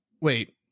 Wait